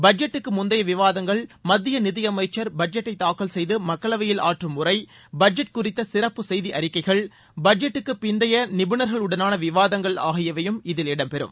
பட்ஜெட்டுக்கு முந்தைய விவாதங்கள் மத்திய நிதியமைச்சர் பட்ஜெட்டை தாக்கல் செய்து மக்களவையில் ஆற்றும் உரை பட்ஜெட் குறித்த சிறப்பு செய்தி அறிக்கைகள் பட்ஜெட்டுக்கு பிந்தைய நிபுணர்களுடனான விவாதங்கள் ஆகியவையும் இதில் இடம் பெறும்